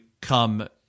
come